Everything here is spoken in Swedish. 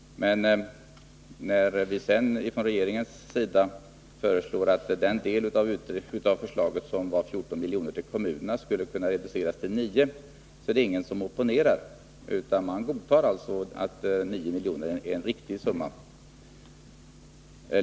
Men när regeringen sedan föreslog att de 14 miljoner, som enligt utredningens förslag skulle gå till kommunerna, skulle reduceras till 9 miljoner var det ingen som opponerade sig, utan man godtar att 9 miljoner är den rätta summan här.